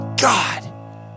God